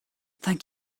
thank